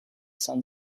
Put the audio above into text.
sun